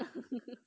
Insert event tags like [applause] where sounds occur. [laughs]